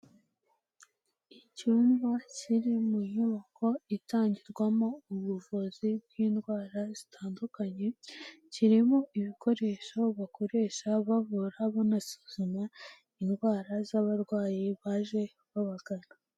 Icyumba kiri mu nyubako itangirwamo ubuvuzi bw'indwara zitandukanye kirimo ibikoresho bakoresha bavura banasuzuma indwara z'abarwayi baje babagana.